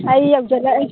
ꯑꯩ ꯌꯧꯁꯤꯜꯂꯛꯑꯦ